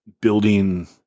building